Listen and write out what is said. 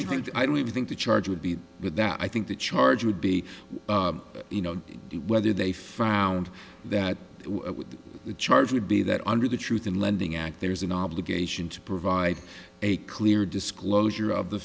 don't think the charge would be with that i think the charge would be you know whether they found that the charge would be that under the truth in lending act there's an obligation to provide a clear disclosure of the